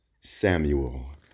Samuel